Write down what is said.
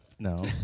No